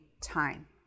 time